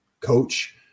coach